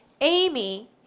Amy